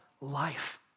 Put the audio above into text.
life